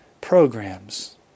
programs